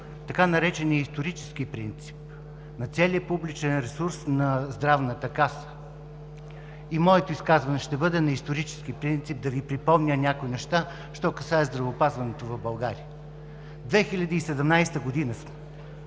така нареченият „исторически принцип“ на целия публичен ресурс на Здравната каса, и моето изказване ще бъде на исторически принцип – да Ви припомня някои неща, що касае здравеопазването в България. 2017 г. сме.